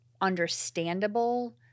understandable